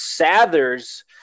Sather's